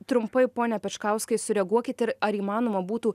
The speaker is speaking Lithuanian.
trumpai pone pečkauskai sureaguokit ir ar įmanoma būtų